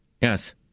Yes